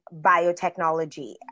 biotechnology